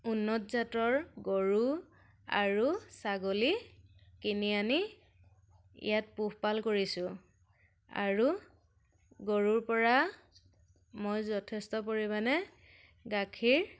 উন্নত জাতৰ গৰু আৰু ছাগলী কিনি আনি ইয়াত পোহপাল কৰিছোঁ আৰু গৰুৰ পৰা মই যথেষ্ট পৰিমাণে গাখীৰ